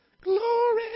Glory